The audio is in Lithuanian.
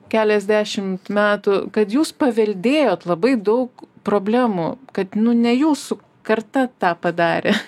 keliasdešimt metų kad jūs paveldėjot labai daug problemų kad ne jūsų karta tą padarė